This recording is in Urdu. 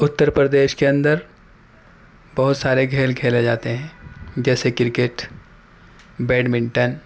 اتر پردیش کے اندر بہت سارے کھیل کھیلے جاتے ہیں جیسے کرکٹ بیڈمنٹن